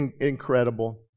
incredible